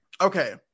Okay